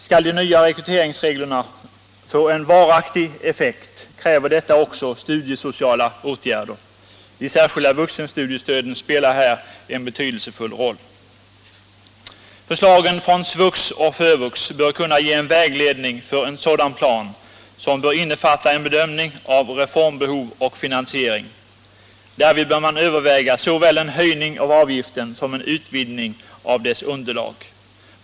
Skall de nya rekryteringsreglerna få en varaktig effekt kräver detta också studiesociala åtgärder. De särskilda vuxenstudiestöden spelar här en betydelsefull roll. Förslagen från SVUX och FÖVUX bör kunna ge vägledning för en sådan plan, som bör innefatta en bedömning av reformbehov och finansiering. Därvid bör man överväga såväl en höjning av avgiften som en utvidgning av dess underlag.